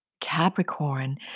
Capricorn